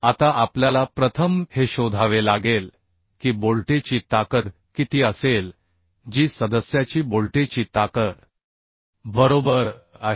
आता आपल्याला प्रथम हे शोधावे लागेल की बोल्टेची ताकद किती असेल जी सदस्याची बोल्टेची ताकद बरोबर आहे